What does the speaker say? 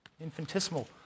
infinitesimal